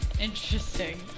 Interesting